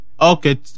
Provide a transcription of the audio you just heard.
Okay